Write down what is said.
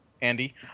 Andy